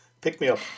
pick-me-up